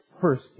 first